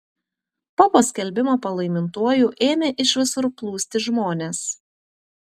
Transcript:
po paskelbimo palaimintuoju ėmė iš visur plūsti žmonės